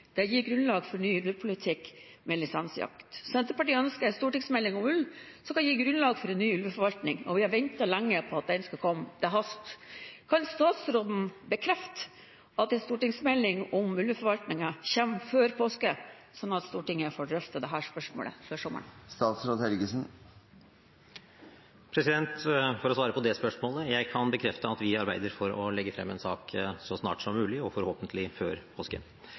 Det gir grunnlag for en ny ulvepolitikk med lisensjakt. Senterpartiet ønsker en stortingsmelding om ulv, som kan gi grunnlag for en ny ulveforvaltning. Og vi har ventet lenge på at den skal komme. Det haster. Kan statsråden bekrefte at en stortingsmelding om ulveforvaltningen kommer før påske, slik at Stortinget får drøftet dette spørsmålet før sommeren? For å svare på det spørsmålet: Jeg kan bekrefte at vi arbeider for å legge frem en sak så snart som mulig og forhåpentlig før